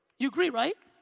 you agree, right?